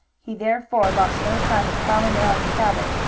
he therefore lost no time in prowling around the cabin,